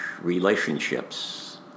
relationships